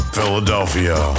Philadelphia